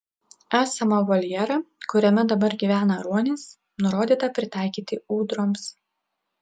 esamą voljerą kuriame dabar gyvena ruonis nurodyta pritaikyti ūdroms